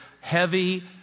heavy